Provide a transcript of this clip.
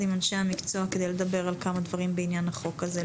עם אנשי המקצוע כדי לדבר על כמה דברים בעניין החוק הזה,